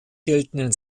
geltenden